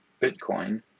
Bitcoin